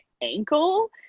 ankle